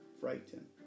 frightened